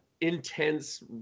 intense